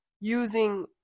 using